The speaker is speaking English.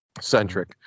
centric